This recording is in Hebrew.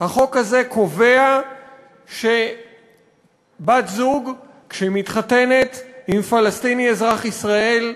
החוק הזה קובע שבת-זוג שמתחתנת עם פלסטיני אזרח ישראל,